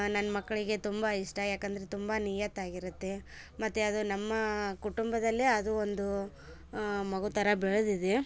ನನ್ನ ಮಕ್ಕಳಿಗೆ ತುಂಬ ಇಷ್ಟ ಯಾಕೆಂದ್ರೆ ತುಂಬ ನಿಯತ್ತಾಗಿರುತ್ತೆ ಮತ್ತೆ ಅದು ನಮ್ಮ ಕುಟುಂಬದಲ್ಲೆ ಅದು ಒಂದು ಮಗು ಥರ ಬೆಳೆದಿದೆ